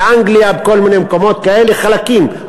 באנגליה, בכל מיני מקומות כאלה, חלקים.